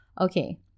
okay